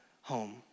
home